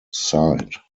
side